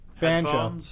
banjo